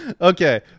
Okay